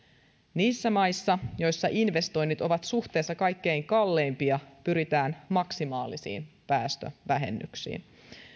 niissä maissa joissa investoinnit ovat suhteessa kaikkein kalleimpia pyritään maksimaalisiin päästövähennyksiin